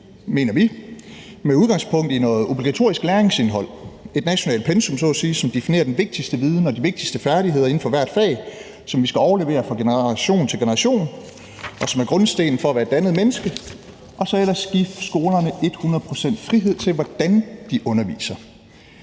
mener vi, med udgangspunkt i noget obligatorisk læringsindhold, et nationalt pensum så at sige, som definerer den vigtigste viden og de vigtigste færdigheder inden for hvert fag, som vi skal overlevere fra generation til generation, og som er grundstenen for at være et dannet menneske, og så ellers give skolerne et hundrede procent frihed til, hvordan de underviser.